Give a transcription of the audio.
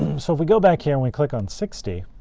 so if we go back here, and we click on sixty,